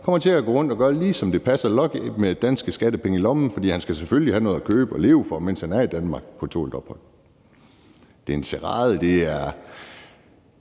kommer til at gå rundt og gøre, lige som det passer Lucky, med danske skattepenge i lommen, for han skal selvfølgelig have noget at købe og leve for, mens han er i Danmark på tålt ophold. Det er et komediespil.